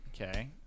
Okay